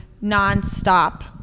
non-stop